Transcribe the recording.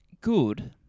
good